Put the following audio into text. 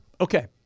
okay